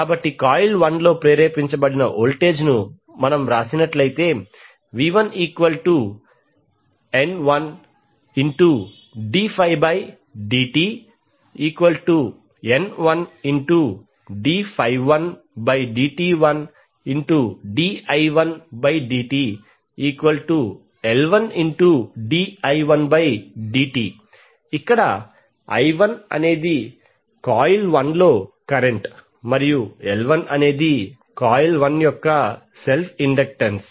కాబట్టి కాయిల్ 1 లో ప్రేరేపించబడిన వోల్టేజ్ను మనం వ్రాసి నట్లైతే v1N1d1dtN1d1di1di1dtL1di1dt ఇక్కడi1అనేది కాయిల్ 1 లో కరెంట్ మరియు L1అనేది కాయిల్ 1 యొక్క సెల్ఫ్ ఇండక్టెన్స్